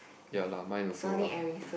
ya lah mine also lah